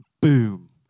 Boom